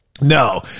No